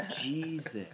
Jesus